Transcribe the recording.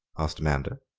asked amanda.